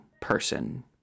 person